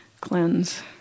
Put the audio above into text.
cleanse